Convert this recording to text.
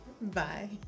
Bye